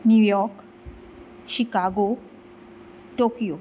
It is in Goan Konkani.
new York Chicago Tokyo